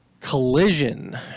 Collision